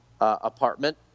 apartment